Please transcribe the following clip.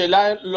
יש את